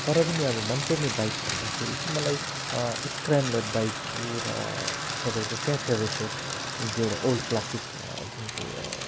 तर पनि अब मनपर्ने बाइक भन्दाखेरि चाहिँ मलाई सक्रैम्ब्लर बाइकहरू र तपाईँको क्याफे रेसर जुन चाहिँ एउटा ओल्ड क्लासिक जुन चाहिँ